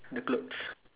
the clothes